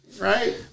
right